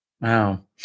wow